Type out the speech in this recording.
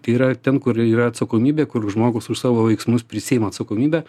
tai yra ten kur yra atsakomybė kur žmogus už savo veiksmus prisiima atsakomybę